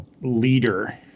leader